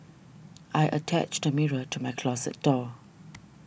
I attached a mirror to my closet door